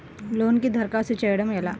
లోనుకి దరఖాస్తు చేయడము ఎలా?